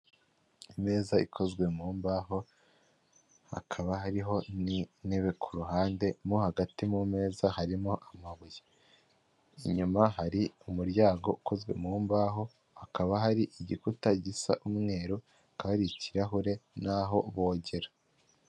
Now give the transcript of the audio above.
Imeza ikozwe mu mbaho, hakaba hariho n'intebe ku ruhande, mo hagati mu meza harimo amabuye. Inyuma hari umuryango ukozwe mu mbaho, hakaba hari igikuta gisa umweru, hakaba hari ikirahure, n'aho bogera.